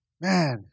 man